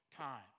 time